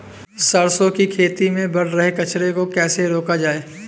सरसों की खेती में बढ़ रहे कचरे को कैसे रोका जाए?